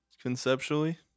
conceptually